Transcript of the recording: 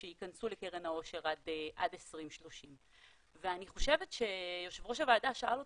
שייכנסו לקרן העושר עד 2030. אני חושבת שיושב ראש הוועדה שאל אותך,